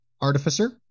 artificer